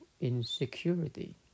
insecurity